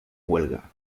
huelga